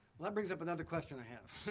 that brings up another question i have.